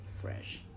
Fresh